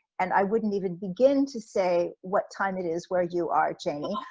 and i wouldn't even begin to say, what time it is where you are jayney.